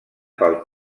pel